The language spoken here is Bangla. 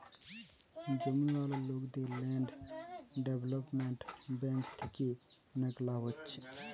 জমিওয়ালা লোকদের ল্যান্ড ডেভেলপমেন্ট বেঙ্ক থিকে অনেক লাভ হচ্ছে